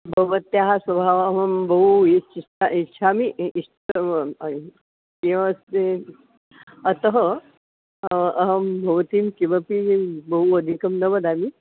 भवत्याः स्वभावमहं बहु इच्छा इच्छा इच्छामि इ इष्टं किमस्ति अतः अहं भवतीं किमपि बहु अधिकं न वदामि